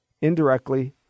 indirectly